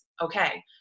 Okay